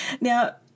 Now